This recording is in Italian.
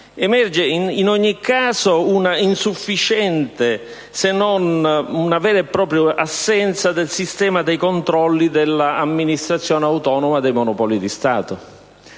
emerge, in ogni caso, un'insufficienza se non una vera propria assenza del sistema dei controlli dell'Amministrazione autonoma dei monopoli di Stato.